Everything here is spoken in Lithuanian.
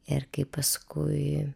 ir kaip paskui